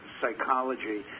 psychology